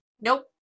Nope